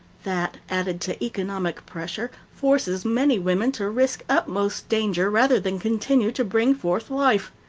that, added to economic pressure, forces many women to risk utmost danger rather than continue to bring forth life.